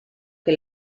che